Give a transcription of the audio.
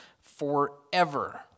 forever